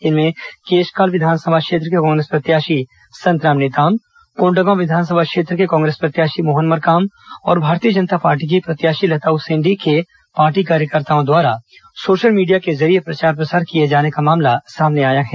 इनमें केशकाल विधानसभा क्षेत्र के कांग्रेस प्रत्याशी संतराम नेताम कोण्डागांव विधानसभा क्षेत्र के कांग्रेस प्रत्याशी मोहन मरकाम और भारतीय जनता पार्टी की प्रत्याशी लता उसेण्डी के पार्टी कार्यकर्ताओ द्वारा सोशल मीडिया के जरिए प्रचार प्रसार किए जाने का मामला सामने आया है